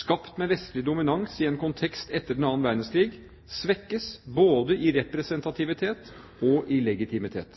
skapt med vestlig dominans i en kontekst etter den annen verdenskrig – svekkes både i representativitet og i legitimitet.